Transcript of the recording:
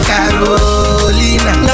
Carolina